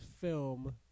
film